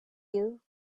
you